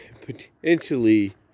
potentially